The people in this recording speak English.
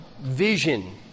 vision